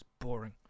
boring